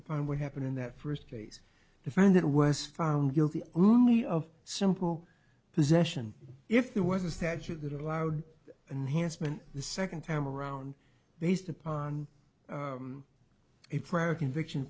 upon what happened in that first case the friend that was found guilty only of simple possession if there was a statute that allowed and has been the second time around based upon a prior conviction